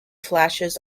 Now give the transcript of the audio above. flashes